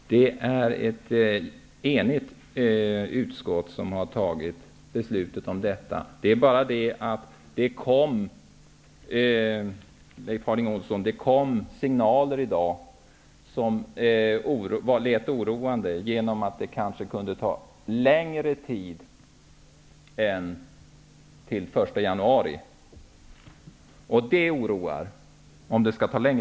Herr talman! Det är ett enigt utskott som har fattat detta beslut. Men det kom i dag signaler, som lät oroande, om att det kan ta längre tid än fram till den 1 januari. Det oroar mig.